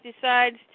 decides